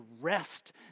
rest